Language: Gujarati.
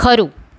ખરું